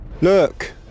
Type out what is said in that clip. Look